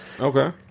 Okay